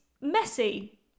messy